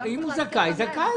אם הוא זכאי זכאי.